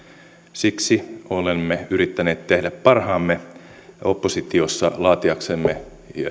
siksi olemme yrittäneet tehdä parhaamme oppositiossa laatiaksemme